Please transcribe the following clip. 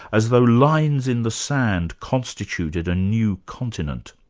as though lines in the sand constituted a new continent.